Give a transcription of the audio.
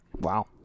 wow